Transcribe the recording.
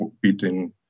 beating